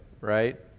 right